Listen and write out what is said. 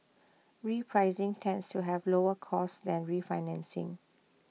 repricing tends to have lower costs than refinancing